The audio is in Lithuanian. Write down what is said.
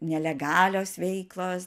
nelegalios veiklos